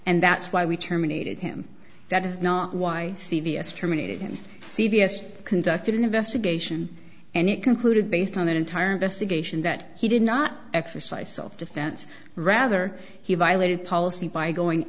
and that's why we terminated him that is not why c b s terminated him c b s conducted an investigation and it concluded based on that entire investigation that he did not exercise self defense rather he violated policy by going